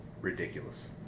ridiculous